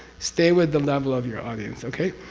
stay with the level of your audience. okay?